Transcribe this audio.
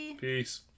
Peace